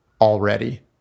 already